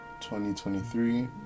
2023